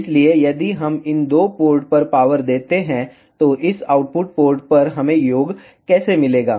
इसलिए यदि हम इन दो पोर्ट पर पावर देते हैं तो इस आउटपुट पोर्ट पर हमें योग कैसे मिलेगा